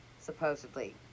supposedly